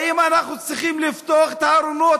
האם אנחנו צריכים לפתוח את הארונות,